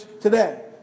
today